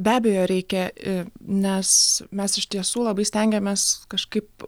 be abejo reikia nes mes iš tiesų labai stengiamės kažkaip